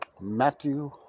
Matthew